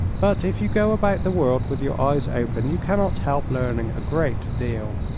but if you go about the world with your eyes open you cannot help learning a great deal.